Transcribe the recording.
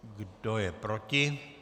Kdo je proti?